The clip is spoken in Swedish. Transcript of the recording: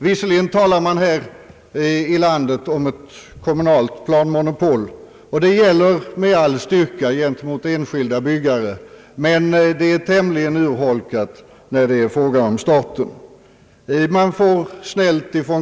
Visserligen talar man om ett kommunalt planmonopol, som gäller med all styrka gentemot enskilda byggare, men det är tämligen urholkat när det är fråga om staten.